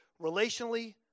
relationally